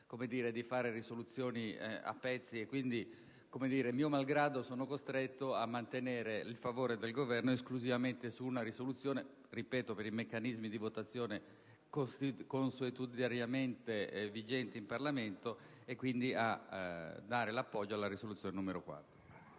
di fare risoluzioni a pezzi e, quindi, mio malgrado, sono costretto a mantenere il favore del Governo esclusivamente su una risoluzione per i meccanismi di votazione consuetudinariamente vigenti in Parlamento e, quindi, a dare l'appoggio alla sola proposta